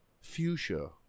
fuchsia